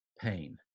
Pain